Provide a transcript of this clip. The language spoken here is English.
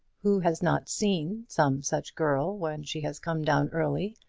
who has not seen some such girl when she has come down early,